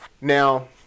now